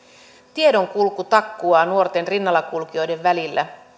tiedonkulku takkuaa nuorten rinnallakulkijoiden välillä